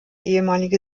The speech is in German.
ehemalige